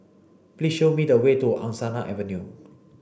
please show me the way to Angsana Avenue